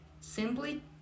simply